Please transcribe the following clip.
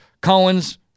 Cohen's